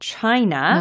China